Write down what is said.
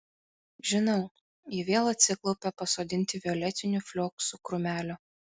žinau ji vėl atsiklaupė pasodinti violetinių flioksų krūmelio